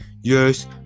yes